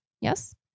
Yes